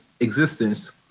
existence